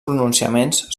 pronunciaments